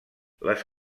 les